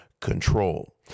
control